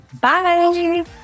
Bye